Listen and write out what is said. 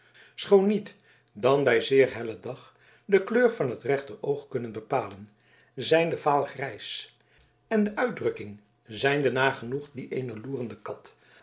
schoon niet dan bij zeer hellen dag de kleur van het rechteroog kunnen bepalen zijnde vaalgrijs en de uitdrukking zijnde nagenoeg die eener loerende kat